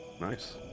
Nice